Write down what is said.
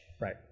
Right